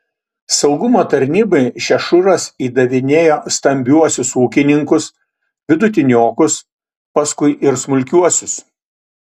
saugumo tarnybai šešuras įdavinėjo stambiuosius ūkininkus vidutiniokus paskui ir smulkiuosius